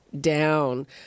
down